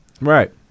right